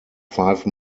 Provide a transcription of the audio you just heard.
five